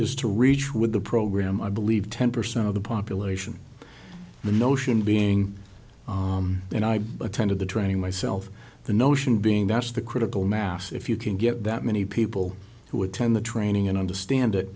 is to reach with the program i believe ten percent of the population the notion being you know i attended the training myself the notion being that's the critical mass if you can get that many people who attend the training and understand